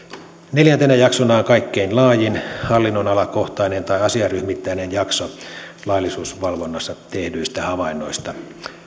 neljäntenä jaksona on kaikkein laajin hallinnonalakohtainen tai asiaryhmittäinen jakso laillisuusvalvonnassa tehdyistä havainnoista